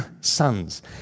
sons